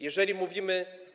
Jeżeli mówimy.